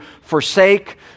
forsake